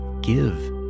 give